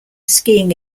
skiing